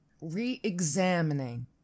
re-examining